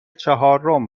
چهارم